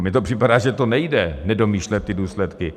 Mně to připadá, že to nejde, nedomýšlet důsledky.